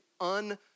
un